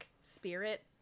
spirit